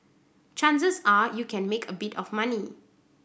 chances are you can make a bit of money